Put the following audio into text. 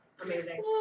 Amazing